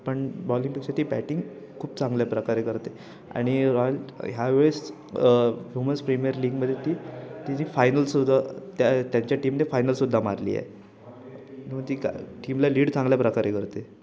पण बॉलिंग पेक्षा ती बॅटिंग खूप चांगल्या प्रकारे करते आणि रॉयल ह्या वेळेस व्हुमन्स प्रिमियर लीगमध्ये ती ती जी फायनल सुद्धा त्या त्यांच्या टीमने फायनल सुद्धा मारली आहे मग ती का टीमला लीड चांगल्या प्रकारे करते